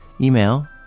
email